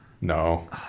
No